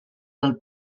del